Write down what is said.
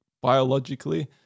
biologically